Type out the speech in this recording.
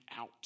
out